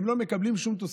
הם לא מקבלים שום תוספת.